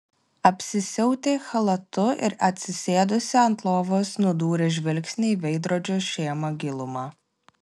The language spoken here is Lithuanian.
apsisiautė chalatu ir atsisėdusi ant lovos nudūrė žvilgsnį į veidrodžio šėmą gilumą